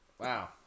Wow